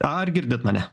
ar girdit mane